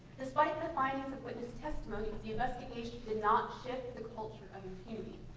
despite the findings of witness testimonies, the investigation did not shift the culture of impunity.